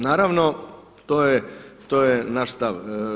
Naravno to je naš stav.